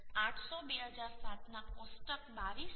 IS 800 2007 ના કોષ્ટક 22 માં